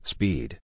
Speed